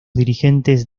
dirigentes